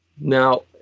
Now